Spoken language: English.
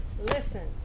Listen